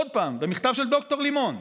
עוד פעם, במכתב של ד"ר לימון,